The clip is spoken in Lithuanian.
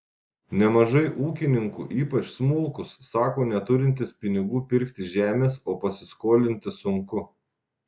nemažai ūkininkų ypač smulkūs sako neturintys pinigų pirkti žemės o pasiskolinti sunku